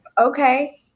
Okay